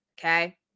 Okay